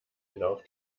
lauf